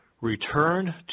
Return